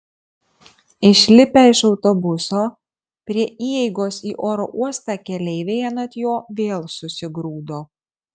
išlipę iš autobuso prie įeigos į oro uostą keleiviai anot jo vėl susigrūdo